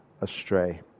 astray